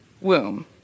womb